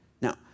Now